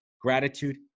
gratitude